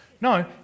No